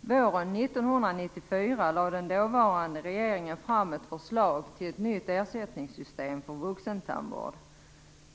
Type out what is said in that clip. Våren 1994 lade den dåvarande regeringen fram ett förslag till ett nytt ersättningssystem för vuxentandvård.